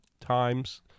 times